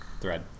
Thread